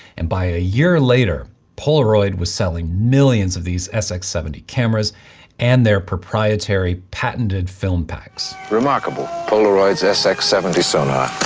and by a year later polaroid, was selling millions of these sx seventy cameras and their proprietary, patented film packs. remarkable! polaroid's sx seventy sonar.